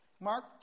Mark